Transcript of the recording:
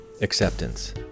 Acceptance